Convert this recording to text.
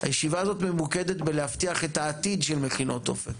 הישיבה הזו ממוקדת בלהבטיח את העתיד של מכינות אופק.